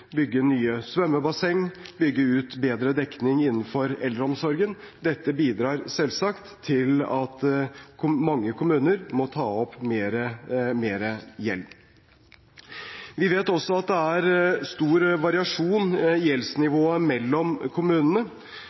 bygge nye svømmebassenger og bygge ut bedre dekning innenfor eldreomsorgen. Dette bidrar selvsagt til at mange kommuner får mer gjeld. Vi vet også at det er stor variasjon i gjeldsnivået mellom kommunene,